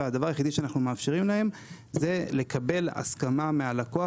והדבר היחידי שאנחנו מאפשרים להם זה לקבל הסכמה מהלקוח